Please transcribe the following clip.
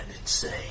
insane